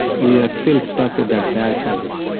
we are still stuck with that bad habit.